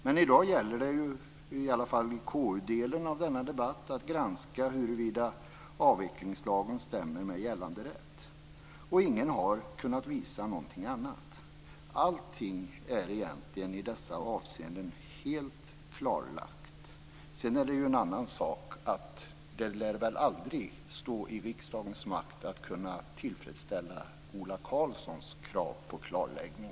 Men i dag gäller det ju, i alla fall i KU delen av denna debatt, att granska huruvida avvecklingslagen stämmer med gällande rätt. Ingen har heller kunnat visa något annat. Allting är egentligen i dessa avseenden helt klarlagt. Sedan är det ju en annan sak att det väl aldrig lär stå i riksdagens makt att kunna tillfredsställa Ola Karlssons krav på klarläggning.